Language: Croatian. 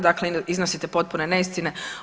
Dakle iznosite potpune neistine.